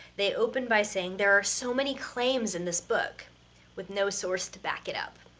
they open by saying there are so many claims in this book with no source to back it up.